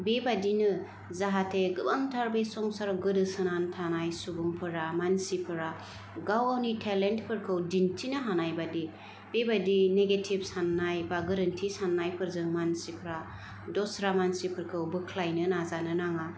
बिबादिनो जाहाथे गोबांथार बे संसाराव गोदोसोनानै थानाय सुबुंफोरा मानसिफोरा गाव गावनि थेलेनथफोरखौ दिन्थिनो हानाय बादि बेबाइदि निगेटिभ साननाय बा गोरोन्थि साननाय फोरजों मानसिफ्रा दस्रा मानसिफोरखौ बोख्लायनो नाजानो नाङा